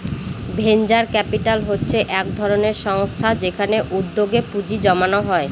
venture capital হচ্ছে এক ধরনের সংস্থা যেখানে উদ্যোগে পুঁজি জমানো হয়